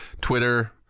Twitter